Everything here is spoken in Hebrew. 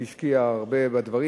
שהשקיע הרבה בדברים.